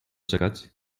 czekać